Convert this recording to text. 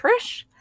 Trish